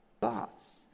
thoughts